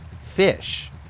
fish